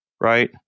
Right